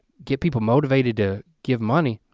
get people motivated to give money.